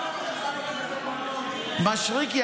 מישרקי,